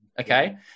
okay